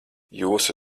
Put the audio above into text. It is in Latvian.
jūsu